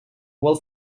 wool